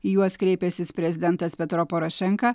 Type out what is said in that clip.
į juos kreipęsis prezidentas petro porošenka